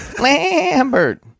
Lambert